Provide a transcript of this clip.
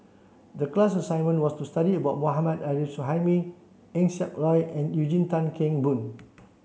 the class assignment was to study about Mohammad Arif Suhaimi Eng Siak Loy and Eugene Tan Kheng Boon